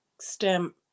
stem